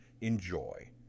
Enjoy